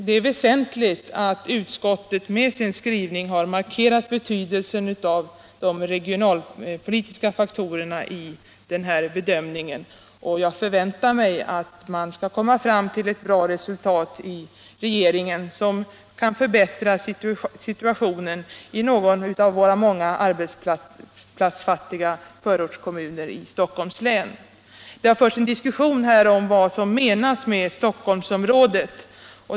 Det är väsentligt att utskottet med sin skrivning har markerat betydelsen av de regionalpolitiska faktorerna i bedömningen av lokaliseringsfrågan. Jag förväntar mig att man skall komma fram till ett bra resultat i regeringen som kan förbättra situationen i någon av våra många arbetsplatsfattiga förortskommuner i Stockholms län. Det har förts en diskussion här om vad som menas med Stockholmsområdet.